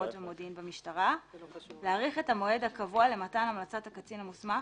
ומודיעין במשטרה להאריך את המועד הקבוע למתן המלצת הקצין המוסמך,